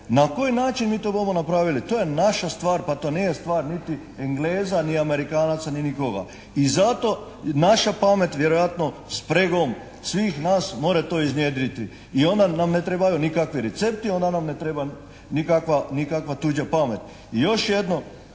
Na koji način mi to bumo napravili, to je naša stvar. Pa to nije stvar niti Engleza, ni Amerikanaca ni nikoga. I zato naša pamet vjerojatno spregom svih nas može to iznjedriti i onda nam ne trebaju nikakvi recepti, onda nam ne treba nikakva tuđa pamet. I još jedno.